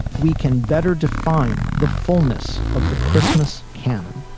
we can better define the fullness of the christmas canon